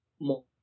more